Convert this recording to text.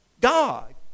God